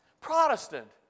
Protestant